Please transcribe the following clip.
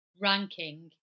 ranking